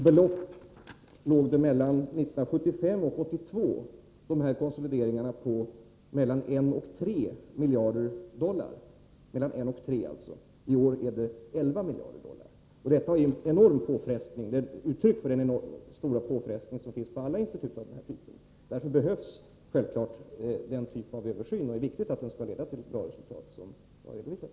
Mellan 1975 och 1982 låg dessa konsolideringar på mellan en och tre miljarder dollar. I år är det fråga om 11 miljarder dollar. Detta är ett uttryck för den enormt stora påfrestning som finns på alla institut av den här typen. Därför behövs självfallet en sådan här översyn, och det är viktigt att den leder till ett bra resultat.